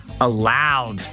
Allowed